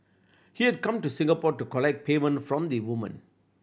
he had come to Singapore to collect payment from the woman